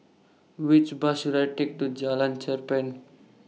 Which Bus should I Take to Jalan Cherpen